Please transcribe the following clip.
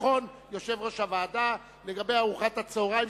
בקשה לתאריך אחר, העליתי את התאריך להצבעה.